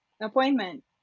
appointment